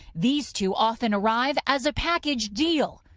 these two often arise as a package deal.